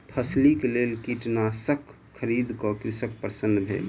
फसिलक लेल कीटनाशक खरीद क कृषक प्रसन्न भेल